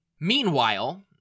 Meanwhile